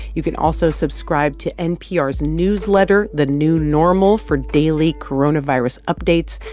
you can also subscribe to npr's newsletter, the new normal, for daily coronavirus updates.